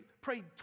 pray